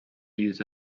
use